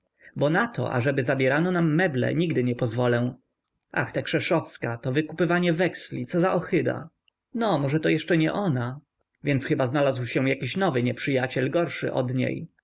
bo na to ażeby zabierano nam meble nigdy nie pozwolę ach ta krzeszowska to wykupywanie wyksli co za ohyda no możeto jeszcze nie ona więc chyba znalazł się jakiś nowy nieprzyjaciel gorszy od niej